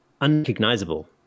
unrecognizable